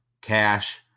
cash